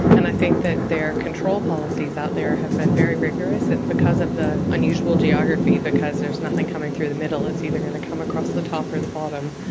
and i think their control policies out there have been very rigorous. and because of the unusual geography, because there's nothing coming through the middle, it's either going to come across the top or the bottom,